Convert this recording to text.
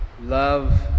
Love